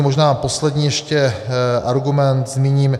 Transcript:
Možná poslední ještě argument zmíním.